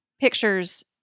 pictures